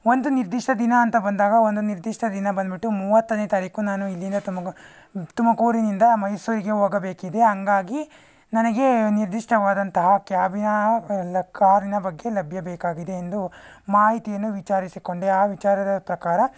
ಒಂದು ನಿರ್ದಿಷ್ಟ ದಿನ ಅಂತ ಬಂದಾಗ ಒಂದು ನಿರ್ದಿಷ್ಟ ದಿನ ಬಂದುಬಿಟ್ಟು ಮೂವತ್ತನೇ ತಾರೀಕು ನಾನು ಇಲ್ಲಿಂದ ತುಮಕೂರು ತುಮಕೂರಿನಿಂದ ಮೈಸೂರಿಗೆ ಹೋಗಬೇಕಿದೆ ಹಾಗಾಗಿ ನನಗೆ ನಿರ್ದಿಷ್ಟವಾದಂತಹ ಕ್ಯಾಬಿನ ಅಲ್ಲ ಕಾರಿನ ಬಗ್ಗೆ ಲಭ್ಯ ಬೇಕಾಗಿದೆ ಎಂದು ಮಾಹಿತಿಯನ್ನು ವಿಚಾರಿಸಿಕೊಂಡೆ ಆ ವಿಚಾರದ ಪ್ರಕಾರ